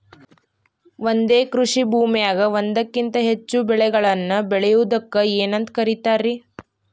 ಒಂದೇ ಕೃಷಿ ಭೂಮಿಯಾಗ ಒಂದಕ್ಕಿಂತ ಹೆಚ್ಚು ಬೆಳೆಗಳನ್ನ ಬೆಳೆಯುವುದಕ್ಕ ಏನಂತ ಕರಿತಾರಿ?